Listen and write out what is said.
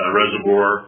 reservoir